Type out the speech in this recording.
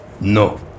No